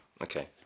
Okay